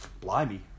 blimey